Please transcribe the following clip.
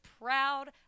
proud